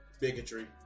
bigotry